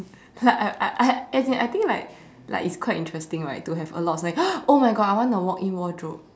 like I I I as in I think like like it's quite interesting right to have a lot it's like oh my God I want a walk in wardrobe